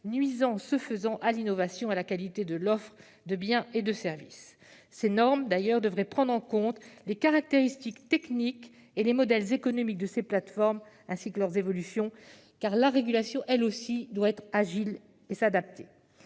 nuisant de fait à l'innovation et à la qualité de l'offre de biens et services. Ces normes devraient prendre en compte les caractéristiques techniques et les modèles économiques des plateformes ainsi que leurs évolutions, car la régulation, elle aussi, doit être agile et s'adapter.